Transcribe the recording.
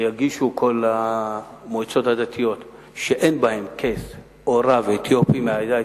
יגישו כל המועצות הדתיות שאין בהן קייס או רב אתיופי מהעדה האתיופית,